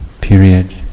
period